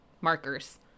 markers